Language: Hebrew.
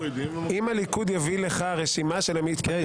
שאלה: אם הליכוד יביא לך רשימה של המתפטרים